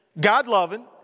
God-loving